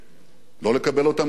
לא לקבל אותם כנתינים